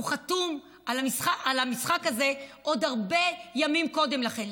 הוא חתום על המשחק הזה עוד הרבה ימים קודם לכן.